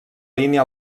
línia